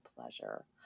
pleasure